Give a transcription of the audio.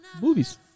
movies